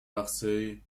larçay